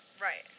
Right